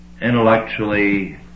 intellectually